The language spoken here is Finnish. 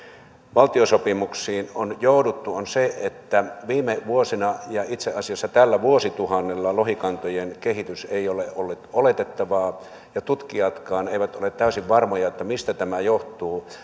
valtiosopimuksiin on jouduttu on se että viime vuosina ja itse asiassa tällä vuosituhannella lohikantojen kehitys ei ole ollut oletettavaa ja tutkijatkaan eivät ole täysin varmoja mistä tämä johtuu